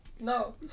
No